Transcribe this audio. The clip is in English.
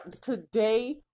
today